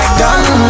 done